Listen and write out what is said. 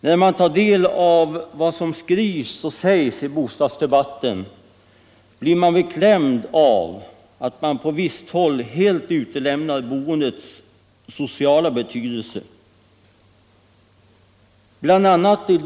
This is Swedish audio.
När man tar del av vad som skrivs och sägs i bostadsdebatten blir man beklämd av att på visst håll boendets sociala betydelse helt utelämnas. Bl.